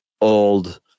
old